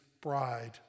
bride